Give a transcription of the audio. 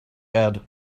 add